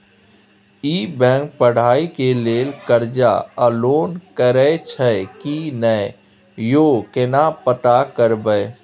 ई bank पढ़ाई के लेल कर्ज आ लोन करैछई की नय, यो केना पता करबै?